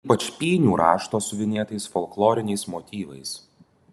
ypač pynių rašto siuvinėtais folkloriniais motyvais